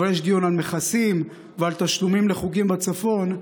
אבל יש דיון על מכסים ועל תשלומים לחוגים בצפון,